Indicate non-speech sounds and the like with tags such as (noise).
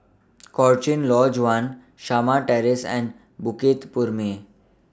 (noise) Cochrane Lodge one Shamah Terrace and Bukit Purmei